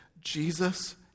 Jesus